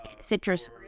Citrus